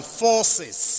forces